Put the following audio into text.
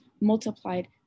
multiplied